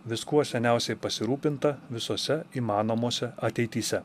viskuo seniausiai pasirūpinta visose įmanomose ateityse